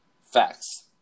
facts